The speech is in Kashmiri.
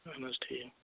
اہن حظ ٹھیٖک